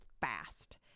Fast